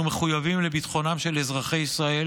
אנחנו מחויבים לביטחונם של אזרחי ישראל